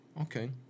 Okay